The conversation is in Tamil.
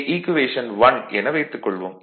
இதை ஈக்குவேஷன் 1 என வைத்துக் கொள்வோம்